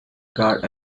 guard